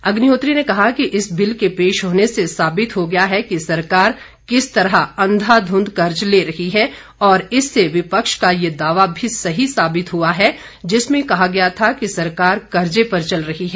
अग्निहोत्री ने कहा कि इस बिल के पेश होने से साबित हो गया है कि सरकार किस तरह अंधाधुंध कर्जे ले रही है और इससे विपक्ष का ये दावा भी सही साबित हुआ है जिसमें कहा गया था कि सरकार कर्जे पर चल रही है